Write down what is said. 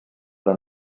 però